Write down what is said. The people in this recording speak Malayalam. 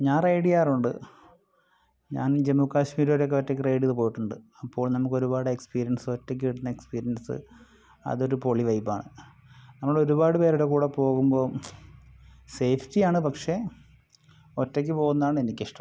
ഞാൻ റൈഡ് ചെയ്യാറുണ്ട് ഞാൻ ജമ്മു കാശ്മീര് വരെ ഒക്കെ ഒറ്റക്ക് റൈഡ് ചെയ്ത് പോയിട്ടുണ്ട് അപ്പോൾ നമുക്കൊരുപാട് എക്സ്പീരിയൻസ് ഒറ്റയ്ക്ക് കിട്ടുന്ന എക്സ്പീരിയൻസ് അതൊരു പൊളി വൈബാണ് നമ്മളൊരുപാട് പേരുടെ കൂടെ പോകുമ്പം സേഫ്റ്റിയാണ് പക്ഷെ ഒറ്റക്ക് പോകുന്നതാണ് എനിക്ക് ഇഷ്ടം